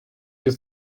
you